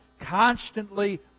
constantly